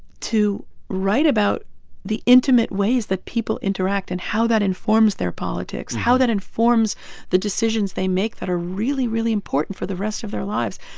to write about the intimate ways that people interact and how that informs their politics, how that informs the decisions they make that are really, really important for the rest of their lives,